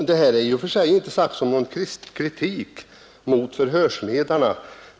Detta är i och för sig inte sagt såsom något kritik mot förhörsledarna.